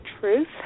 truth